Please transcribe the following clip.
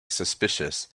suspicious